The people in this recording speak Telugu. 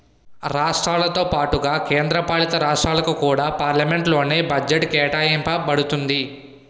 రాష్ట్రాలతో పాటుగా కేంద్ర పాలితరాష్ట్రాలకు కూడా పార్లమెంట్ లోనే బడ్జెట్ కేటాయింప బడుతుంది